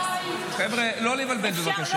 חבר'ה, לא לבלבל, בבקשה.